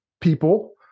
people